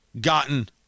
gotten